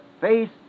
face